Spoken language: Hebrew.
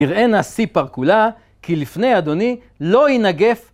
יראה נשיא פרקולה, כי לפני אדוני לא ינגף.